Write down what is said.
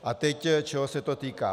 A teď čeho se to týká.